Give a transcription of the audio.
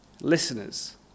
listeners